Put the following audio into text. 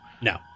no